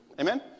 Amen